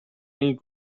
این